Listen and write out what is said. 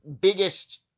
biggest